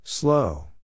Slow